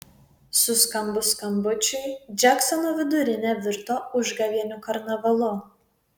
suskambus skambučiui džeksono vidurinė virto užgavėnių karnavalu